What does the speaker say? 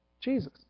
Jesus